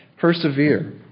Persevere